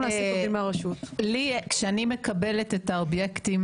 כשאני מקבלת את האובייקטים